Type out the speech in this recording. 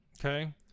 Okay